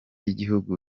y’igihugu